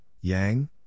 Yang